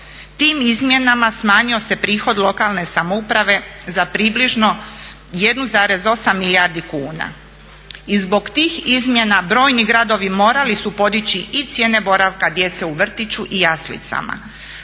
Tim izmjenama smanjio se prihod lokalne samouprave za približno 1,8 milijardi kuna i zbog tih izmjena brojni gradovi morali su podići i cijene boravka djece u vrtiću i jaslicama.